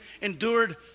endured